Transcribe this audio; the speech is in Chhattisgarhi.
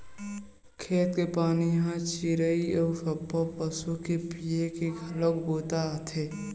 खेत के पानी ह चिरई अउ सब्बो पसु के पीए के घलोक बूता आथे